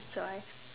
so I